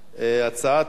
הצעת החוק,